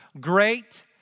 great